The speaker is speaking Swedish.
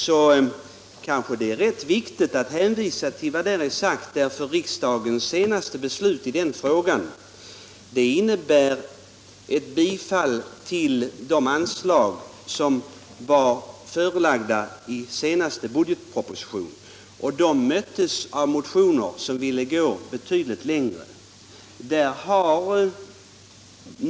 Det kanske är viktigt att hänvisa till vad som sagts där, för riksdagens senaste beslut i den frågan innebär bifall till de anslag som förelades i den senaste budgetpropositionen. Den möttes av motioner som ville gå betydligt längre.